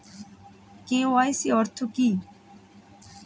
KYC অর্থ কি?